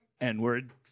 N-word